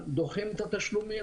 דוחים את התשלומים,